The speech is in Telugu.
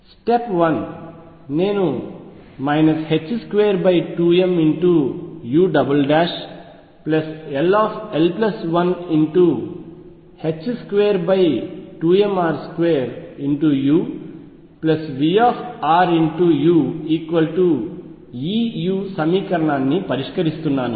స్టెప్ 1 నేను 22mull122mr2uVruEu సమీకరణాన్ని పరిష్కరిస్తున్నాను